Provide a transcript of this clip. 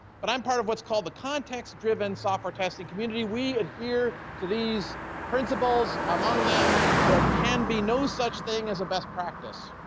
but i'm part of what's called the context-driven software testing community, we adhere to these principles, among them, there can be no such thing as a best practice.